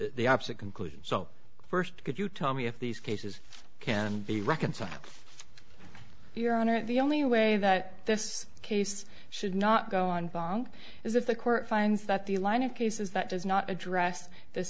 the opposite conclusion so first could you tell me if these cases can be reconciled your honor the only way that this case should not go on bond is if the court finds that the line of cases that does not address this